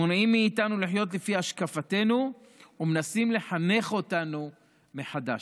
מונעים מאיתנו לחיות לפי השקפתנו ומנסים לחנך אותנו מחדש.